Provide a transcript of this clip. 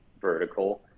vertical